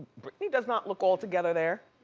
britney does not look all together there.